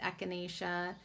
echinacea